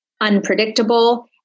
unpredictable